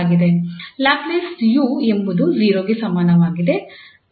Laplace 𝑢 ಎಂಬುದು 0 ಕ್ಕೆ ಸಮಾನವಾಗಿದೆ